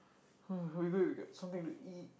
we gonna get something to eat